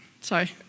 Sorry